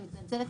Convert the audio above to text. אני מתנצלת,